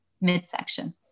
midsection